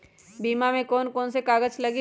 बीमा में कौन कौन से कागज लगी?